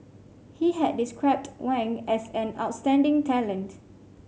he had described Wang as an outstanding talent